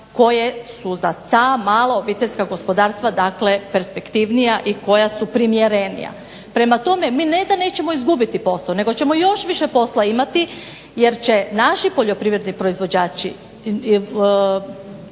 koje su za ta mala obiteljska gospodarstva dakle perspektivnija i koja su primjerenija. Prema tome, mi ne da nećemo izgubiti posao, nego ćemo još više posla imati jer će naši poljoprivredni proizvođači,